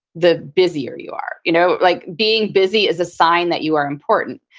the busier you are. you know like being busy is a sign that you are important.